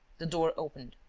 the door opened.